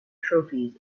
trophies